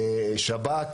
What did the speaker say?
שב"כ